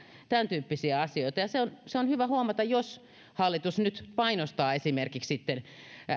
tämäntyyppisiä asioita se on se on hyvä huomata jos hallitus nyt painostaa esimerkiksi sitten